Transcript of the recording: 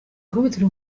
ikubitiro